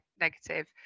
negative